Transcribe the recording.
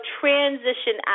transition